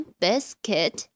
biscuit